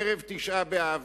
ערב תשעה באב,